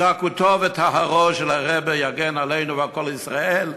זכותו וטוהרו של הרבי יגן עלינו ועל כל ישראל,